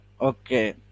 Okay